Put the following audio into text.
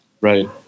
Right